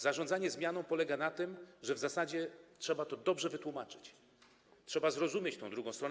Zarządzanie zmianą polega na tym, że w zasadzie trzeba to dobrze wytłumaczyć, trzeba zrozumieć tę drugą stronę.